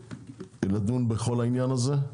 כדי לדון בכל העניין הזה.